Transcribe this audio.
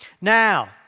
Now